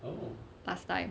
last time